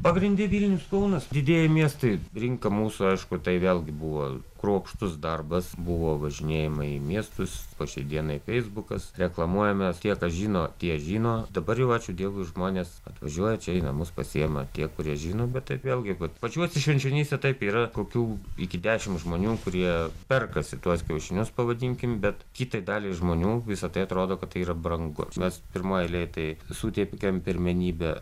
pagrinde vilnius kaunas didieji miestai rinka mūsų aišku tai vėlgi buvo kruopštus darbas buvo važinėjama į miestus o šiai dienai feisbukas reklamuojamės tie kas žino tie žino dabar jau ačiū dievui žmonės atvažiuoja čia į namus pasiima tie kurie žino bet taip vėlgi kad pačiuose švenčionyse taip yra kokių iki dešim žmonių kurie perkasi tuos kiaušinius pavadinkim bet kitai daliai žmonių visa tai atrodo kad tai yra brangu kad mes pirmoj eilėj tai suteikiam pirmenybę